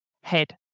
head